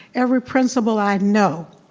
every principal i know,